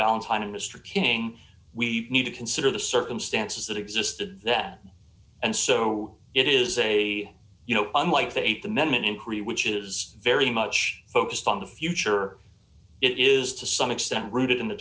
valentine and mr king we need to consider the circumstances that existed that and so it is a you know unlike the th amendment in korea which is very much focused on the future it is to some extent rooted in